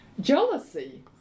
Jealousy